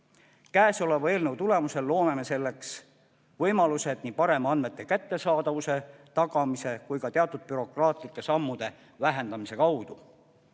Selle eelnõu tulemusel loome me selleks võimalused nii parema andmete kättesaadavuse tagamise kui ka teatud bürokraatlike sammude vähendamise kaudu.